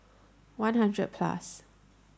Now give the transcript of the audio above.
one hundred plus